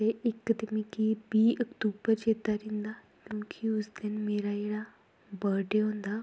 ते इक ते मिगी बाह् अक्तूबर चेत्तै रैंह्दा क्योंकि उस दिन मेरा जेह्ड़ा ब्रथ डे होंदा